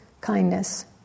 kindness